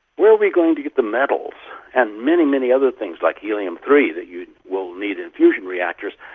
where are we going to get the metals and many, many other things, like helium three that you will need in fusion reactors,